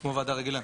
כמו וועדה רגילה.